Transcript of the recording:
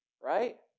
Right